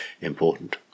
important